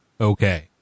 Okay